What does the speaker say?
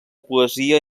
poesia